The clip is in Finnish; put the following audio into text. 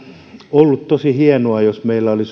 ollut tosi hienoa jos meillä olisi ollut